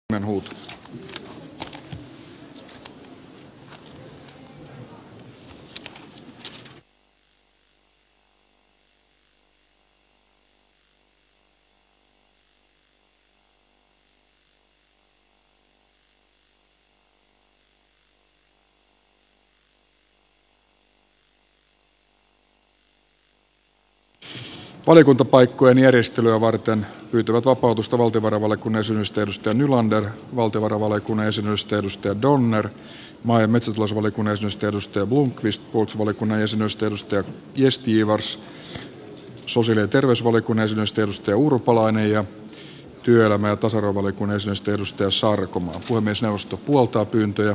valiokuntapaikkojen järjestelyä varten pyytävät vapautusta valtiovarainvaliokunnan jäsenyydestä mikaela nylander valtiovarainvaliokunnan varajäsenyydestä jörn donner maa ja metsätalousvaliokunnan jäsenyydestä thomas blomqvist puolustusvaliokunnan jäsenyydestä lars erik gästgivars sosiaali ja terveysvaliokunnan jäsenyydestä anu urpalainen ja työelämä ja tasa arvolle kunnes osti lustossa arkku arvovaliokunnan jäsenyydestä sari sarkomaa